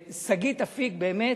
שגית אפיק, באמת,